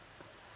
!wah!